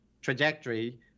trajectory